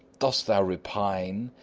dost thou repine,